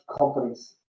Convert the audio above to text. companies